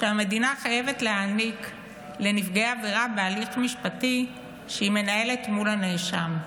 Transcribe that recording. שהמדינה חייבת להעניק לנפגעי עבירה בהליך משפטי שהיא מנהלת מול הנאשם.